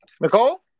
Nicole